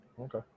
Okay